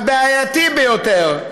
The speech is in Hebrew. הבעייתי ביותר,